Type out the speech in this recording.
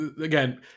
again